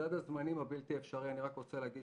סד הזמנים הבלתי אפשרי אני רק רוצה להגיד,